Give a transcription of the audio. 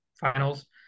finals